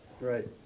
right